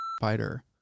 fighter